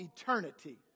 eternity